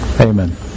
Amen